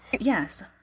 Yes